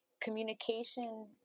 communication